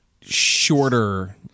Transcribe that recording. shorter